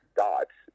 dots